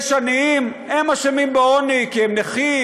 יש עניים הם אשמים בעוני כי הם נכים